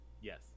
Yes